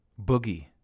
Boogie